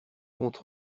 compte